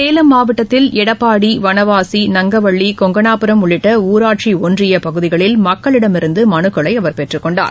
சேலம் மாவட்டத்தில் எடப்பாடி வனவாசி நங்கவல்லி கொங்கணாபுரம் உள்ளிட்ட ஊராட்சி ஒன்றியப்பகுதிகளில் மக்களிடமிருந்து மனுக்களை அவர் பெற்றுக்கொண்டார்